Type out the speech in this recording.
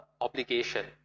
obligation